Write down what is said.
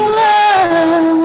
love